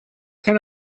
kind